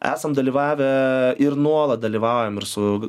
esam dalyvavę ir nuolat dalyvaujam ir su